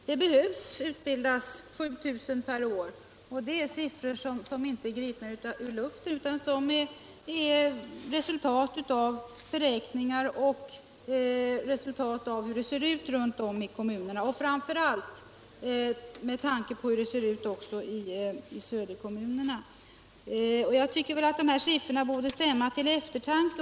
Det behöver utbildas 7 000 per år, och det är siffror som inte är gripna ur luften utan som är resultat av beräkningar och av hur det ser ut runt om i kommunerna, framför allt med tanke på hur det ser ut i söderortskommunerna. Jag tycker att dessa siffror borde stämma till eftertanke.